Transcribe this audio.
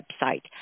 website